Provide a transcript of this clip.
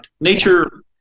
Nature